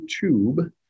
tube